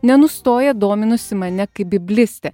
nenustoja dominusi mane kaip biblistę